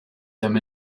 them